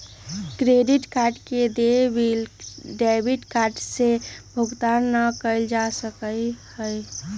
credit card के देय bill debit card से भुगतान ना कइल जा सका हई